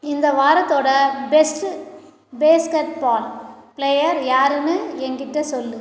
இந்த வாரத்தோட best basketball player யாருன்னு எங்ககிட்ட சொல்